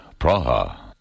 Praha